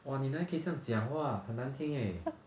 !wah! 你哪里可以这样讲 !wah! 很难听 eh